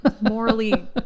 morally